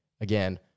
Again